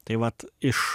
tai vat iš